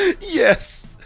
Yes